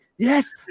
yes